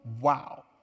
Wow